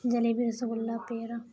jalebi rasgulla پیڑا